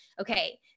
okay